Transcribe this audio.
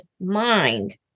mind